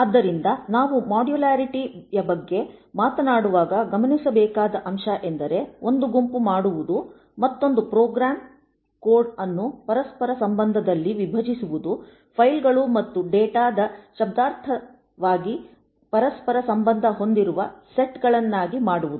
ಆದ್ದರಿಂದ ನಾವು ಮಾಡ್ಯುಲ್ಯಾರಿಟಿ ಯ ಬಗ್ಗೆ ಮಾತನಾಡುವಾಗ ಗಮನಿಸಬೇಕಾದ ಅಂಶ ಎಂದರೆ ಒಂದು ಗುಂಪು ಮಾಡುವುದು ಮತ್ತೊಂದು ಪ್ರೋಗ್ರಾಂ ಕೋಡ್ಅನ್ನು ಪರಸ್ಪರ ಸಂಬಂಧದಲ್ಲಿ ವಿಭಜಿಸುವುದು ಫೈಲ್ಗಳು ಮತ್ತು ಡೇಟಾದ ಶಬ್ದಾರ್ಥವಾಗಿ ಪರಸ್ಪರ ಸಂಬಂಧ ಹೊಂದಿರುವ ಸೆಟ್ ಗಳನ್ನಾಗಿ ಮಾಡುವುದು